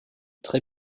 très